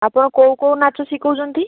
ଆପଣ କେଉଁ କେଉଁ ନାଚ ଶିଖାଉଛନ୍ତି